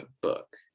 book